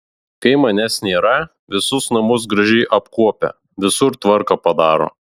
kai manęs nėra visus namus gražiai apkuopia visur tvarką padaro